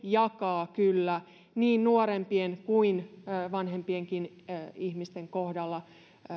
jakaa kyllä niin nuorempien kuin vanhempienkin ihmisten kohdalla